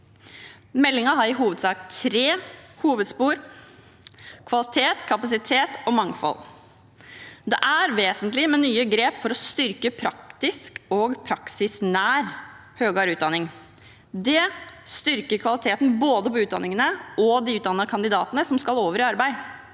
Meldingen har i hovedsak tre hovedspor: kvalitet, kapasitet og mangfold. Det er vesentlig med nye grep for å styrke praktisk og praksisnær høyere utdanning. Det styrker kvaliteten både på utdanningene og på de utdannede kandidatene som skal over i arbeid.